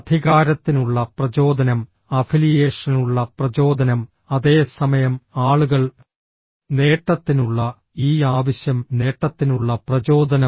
അധികാരത്തിനുള്ള പ്രചോദനം അഫിലിയേഷനുള്ള പ്രചോദനം അതേ സമയം ആളുകൾ നേട്ടത്തിനുള്ള ഈ ആവശ്യം നേട്ടത്തിനുള്ള പ്രചോദനം